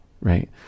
Right